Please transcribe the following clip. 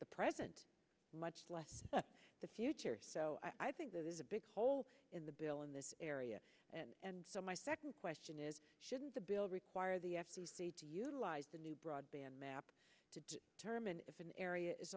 the present much less the future so i think that is a big hole in the bill in this area and so my second question is shouldn't the bill require the f t c to utilize the new broadband map to terminate if an area is